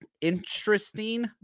interesting